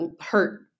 hurt